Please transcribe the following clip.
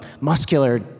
muscular